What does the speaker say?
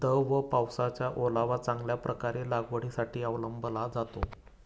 दव व पावसाचा ओलावा चांगल्या प्रकारे लागवडीसाठी अवलंबला जातो